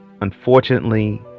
Unfortunately